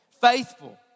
Faithful